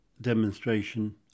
demonstration